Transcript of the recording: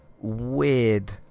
Weird